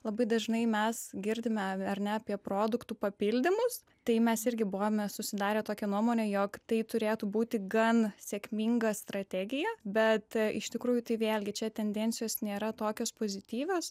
labai dažnai mes girdime ar ne apie produktų papildymus tai mes irgi buvome susidarę tokią nuomonę jog tai turėtų būti gan sėkminga strategija bet iš tikrųjų tai vėlgi čia tendencijos nėra tokios pozityvios